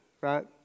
right